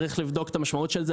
צריך לבדוק את המשמעות של זה,